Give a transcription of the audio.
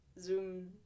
zoom